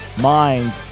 mind